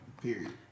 Period